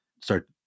start